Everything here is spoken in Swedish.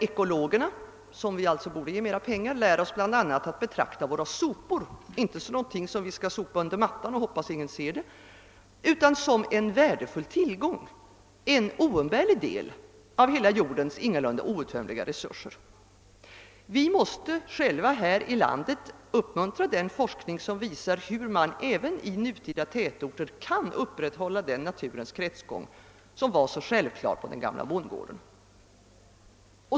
Ekologerna, som vi alltså borde ge mera pengar, lär oss bl.a. att betrakta våra sopor som någonting som vi inte bör sopa under mattan och hoppas att ingen ser, utan som en värdefull tillgång, en oumbärlig del av hela jordens ingalunda outtömliga resurser. Vi måste här i landet uppmuntra den forskning som visar hur man även i nutida tätorter kan upprätthålla den naturens kretsgång, som var så självklar på den gamla bondgården.